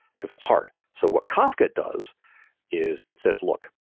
because that's hard. so what kafka does is it says, look,